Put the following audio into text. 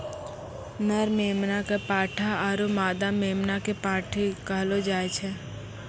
नर मेमना कॅ पाठा आरो मादा मेमना कॅ पांठी कहलो जाय छै